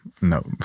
No